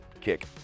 kick